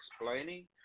explaining